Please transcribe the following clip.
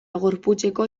gorputzeko